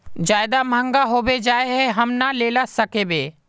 ज्यादा महंगा होबे जाए हम ना लेला सकेबे?